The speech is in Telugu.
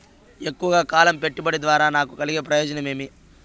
ఎక్కువగా కాలం పెట్టుబడి ద్వారా నాకు కలిగే ప్రయోజనం ఏమి?